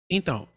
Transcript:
Então